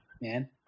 man